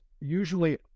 usually